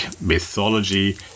mythology